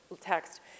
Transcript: text